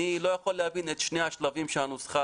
אינני יכול להבין את שני שלבי הנוסחה.